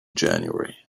january